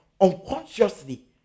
unconsciously